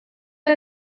que